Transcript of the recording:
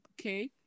okay